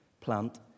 plant